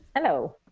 know,